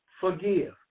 Forgive